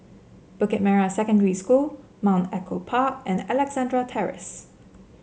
Bukit Merah Secondary School Mount Echo Park and Alexandra Terrace